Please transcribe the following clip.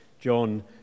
John